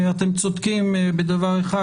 אתם צודקים בדבר אחד,